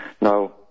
Now